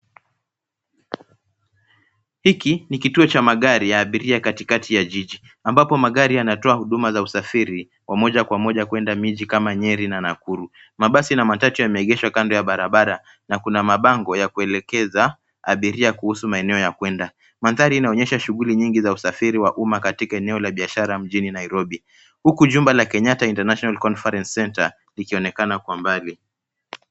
Hiki ni kituo cha magari ya abiria katikati ya jiji ambapo magari yanatoa huduma za usafiri wa moja kwa moja kuenda miji kama Nyeri na Nakuru. Mabasi na matatu yameegeshwa kando ya barabara na kuna mabango yakuelekeza abiria kuhusu maeneo ya kuenda. Mandhari inaonyesha shughuli nyingi za usafiri wa umma katika eneo la biashara mjini Nairobi huku jumba la Kenyatta International Conference Centre likionekana kwa mbali.